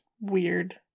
weird